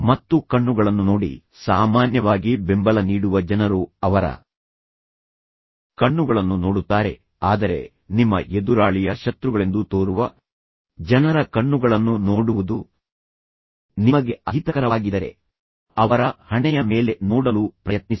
ಮತ್ತು ಕಣ್ಣುಗಳನ್ನು ನೋಡಿ ಸಾಮಾನ್ಯವಾಗಿ ಬೆಂಬಲ ನೀಡುವ ಜನರು ಅವರ ಕಣ್ಣುಗಳನ್ನು ನೋಡುತ್ತಾರೆ ಆದರೆ ನಿಮ್ಮ ಎದುರಾಳಿಯ ಶತ್ರುಗಳೆಂದು ತೋರುವ ಜನರ ಕಣ್ಣುಗಳನ್ನು ನೋಡುವುದು ನಿಮಗೆ ಅಹಿತಕರವಾಗಿದ್ದರೆ ಅವರ ಹಣೆಯ ಮೇಲೆ ನೋಡಲು ಪ್ರಯತ್ನಿಸಿ